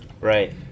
right